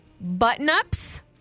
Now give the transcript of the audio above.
button-ups